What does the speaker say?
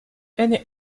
any